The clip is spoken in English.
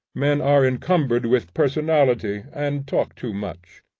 men are encumbered with personality, and talk too much.